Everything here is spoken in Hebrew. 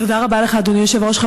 תודה רבה לך, אדוני היושב-ראש.